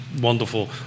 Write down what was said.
wonderful